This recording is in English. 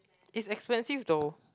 it's expensive though